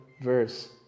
verse